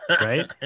right